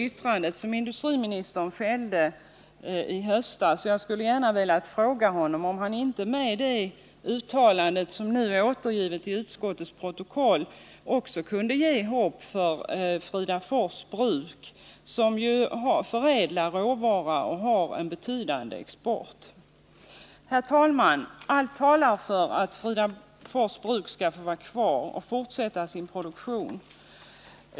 Jag skulle gärna ha velat fråga honom om han inte med det uttalandet också kunde ge hopp för Fridafors Bruk, som förädlar råvara och har en betydande export. Herr talman! Allt talar för att Fridafors Bruk skall få vara kvar och fortsätta sin produktion.